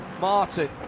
Martin